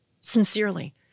sincerely